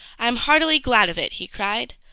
i am heartily glad of it, he cried.